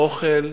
האוכל,